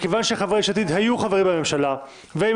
מכיוון חברי יש עתיד היו חברים בממשלה והם